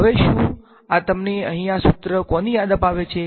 હવે શું આ તમને અહીં આ સુત્ર કોની યાદ અપાવે છે